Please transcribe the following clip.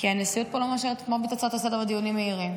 כי הנשיאות פה לא מאשרת הצעות לסדר-יום ודיונים מהירים.